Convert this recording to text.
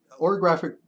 orographic